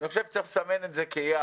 אני חושב שצריך לסמן את זה כיעד.